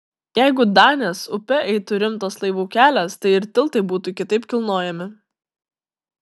jeigu danės upe eitų rimtas laivų kelias tai ir tiltai būtų kitaip kilnojami